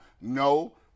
no